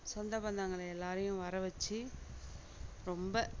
சொந்த பந்தங்களை எல்லாரையும் வர வெச்சு ரொம்ப